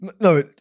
No